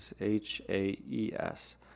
H-A-E-S